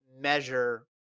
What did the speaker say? measure